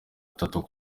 gatatu